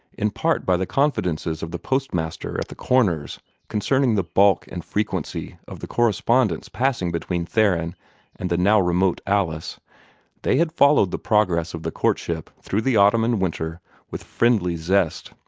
in part by the confidences of the postmaster at the corners concerning the bulk and frequency of the correspondence passing between theron and the now remote alice they had followed the progress of the courtship through the autumn and winter with friendly zest.